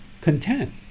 content